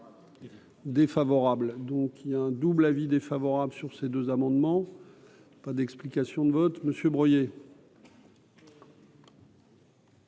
Défavorable, donc il y a un double avis défavorable sur ces deux amendements pas d'explication de vote Monsieur Breuiller.